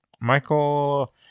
Michael